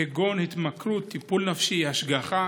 כגון התמכרות, טיפול נפשי, השגחה